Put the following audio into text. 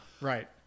right